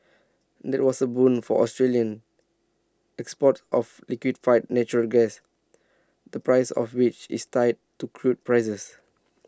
that was A boon for Australian exports of liquefied natural gas the price of which is tied to crude prices